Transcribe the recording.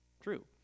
true